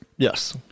Yes